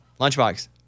Lunchbox